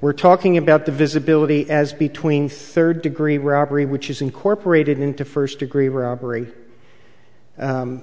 we're talking about the visibility as between third degree robbery which is incorporated into first degree robbery